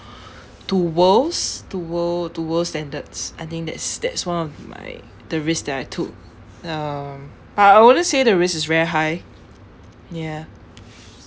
to worlds to world to world standards I think that's that's one of my the risks that I took um but I wouldn't say the risk is very high ya